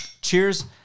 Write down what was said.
Cheers